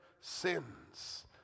sins